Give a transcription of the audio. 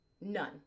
None